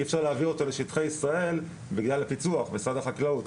אי אפשר להעביר אותו לשטחי ישראל בגלל הפיצו"ח של משרד החקלאות,